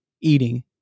eating